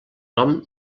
nom